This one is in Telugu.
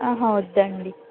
అహ వద్దండీ